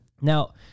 Now